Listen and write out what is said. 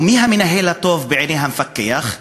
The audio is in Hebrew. ומי המנהל הטוב בעיני המפקח,